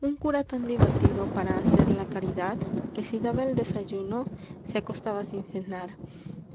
un tan divertido para que se hacer la caridad si daba el desayuno cenar acostaba sin un